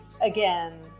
again